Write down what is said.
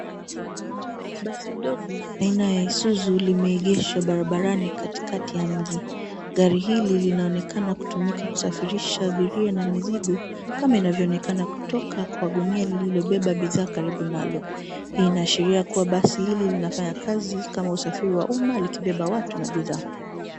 Basi ndogo aina ya Isuzu limeegeshwa barabarani katikati ya mji. Gari hili linaonekana kutumika kusafirisha abiria na mizigo kama inavyoonekana kutoka kwa gunia lililobeba bidhaa karibu nalo, hii inaashiria kuwa basi hili linafanya kazi kama usafiri wa umma likibeba beba watu na bidhaa.